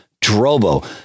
Drobo